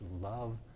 love